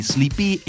Sleepy